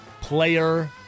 player